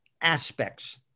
aspects